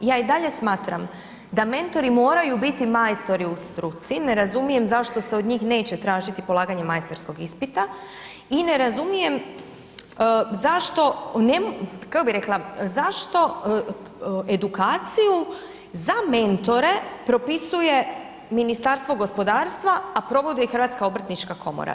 Ja i dalje smatram da mentori moraju biti majstori u struci, ne razumijem zašto se od njih neće tražiti polaganje majstorskog ispita i ne razumijem zašto, kako bih rekla, zašto edukaciju za mentore propisuje Ministarstvo gospodarstva, a provodi je Hrvatska obrtnička komora.